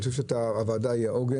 אני חושב שהוועדה היא העוגן.